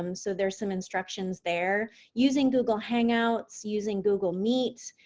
um so, there's some instructions there. using google hangouts, using google meets,